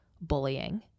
bullying